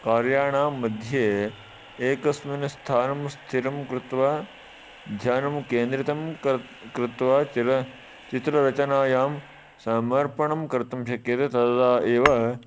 कार्याणां मध्ये एकस्मिन् स्थानं स्थिरं कृत्वा झरं केन्द्रितं कः कृत्वा चिरं चित्ररचनायां समर्पणं कर्तुं शक्यते तदा एव